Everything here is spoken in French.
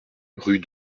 rue